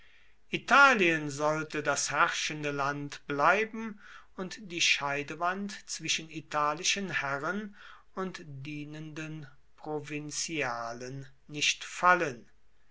italien sollte das herrschende land bleiben und die scheidewand zwischen italischen herren und dienenden provinzialen nicht fallen